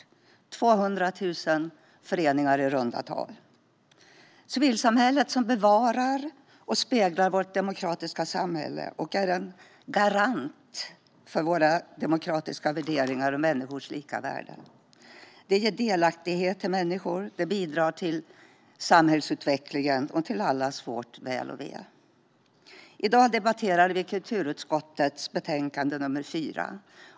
Det finns i runda tal 200 000 föreningar. Civilsamhället bevarar och speglar vårt demokratiska samhälle och är en garant för våra demokratiska värderingar och människors lika värde. Det ger delaktighet till människor, och det bidrar till samhällsutvecklingen och till allas vårt väl och ve. I dag debatterar vi kulturutskottets betänkande nr 4.